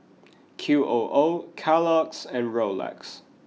Q O O Kellogg's and Rolex